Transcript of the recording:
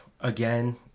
again